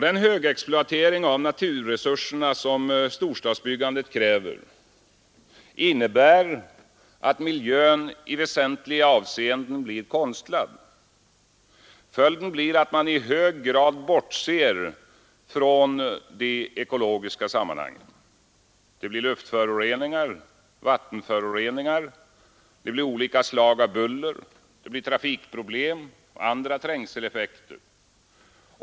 Den högexploatering av naturresurserna som storstadsbyggandet kräver innebär att miljön i väsentliga avseenden blir konstlad. Följden blir att man i hög grad bortser från de ekologiska sammanhangen. Det blir luftföroreningar, vattenföroreningar, det blir olika slag av buller, det blir trafikproblem och andra trängseleffekter.